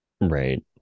right